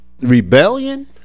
rebellion